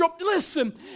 Listen